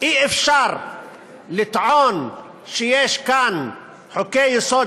אי-אפשר לטעון שיש כאן חוקי-יסוד